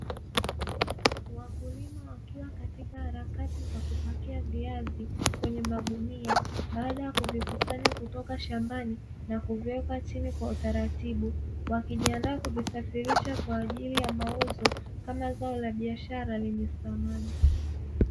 Wakulima wakiwa katika harakati za kupakia viazi kwenye magunia, baada ya kuvikusanya kutoka shambani na kuviweka chini kwa utaratibu. Wakijiandaa kuvisafirisha kwa ajili ya mauzo, kama zao la biashara lenye thamani.